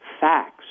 Facts